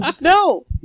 No